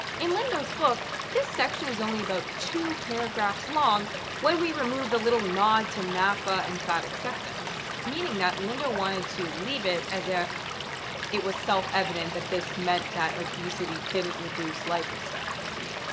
in lindo's book this section is only about two paragraphs long when we remove the little nod to naafa and fat acceptance. meaning that lindo wanted to leave it as if it was self-evident that this meant that obesity didn't reduce life expectancy.